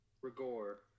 Rigor